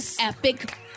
epic